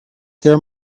there